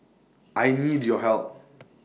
I need your help